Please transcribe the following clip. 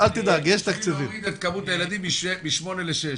צריך להוריד את כמות הילדים משמונה לשש.